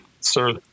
Sir